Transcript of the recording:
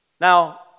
Now